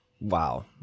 wow